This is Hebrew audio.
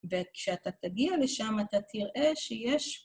וכשאתה תגיע לשם אתה תראה שיש...